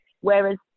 Whereas